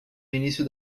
início